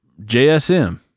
JSM